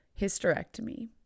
Hysterectomy